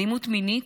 אלימות מינית,